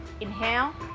inhale